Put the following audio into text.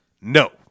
no